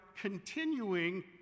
continuing